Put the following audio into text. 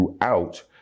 throughout